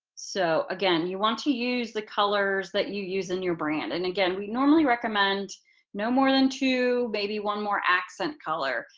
so again, you want to use the colors that you use in your brand and we normally recommend no more than two, maybe one more accent color.